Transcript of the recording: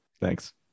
Thanks